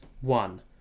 one